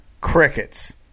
Crickets